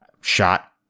Shot